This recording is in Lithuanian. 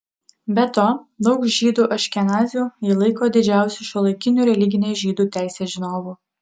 be to daug žydų aškenazių jį laiko didžiausiu šiuolaikiniu religinės žydų teisės žinovu